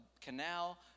canal